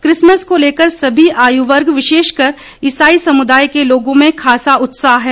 Christmas को लेकर सभी आय वर्ग विशेषकर इसाई समुदाय के लोगों में खासा उत्साह है